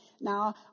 Now